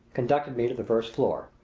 conducted me to the first floor.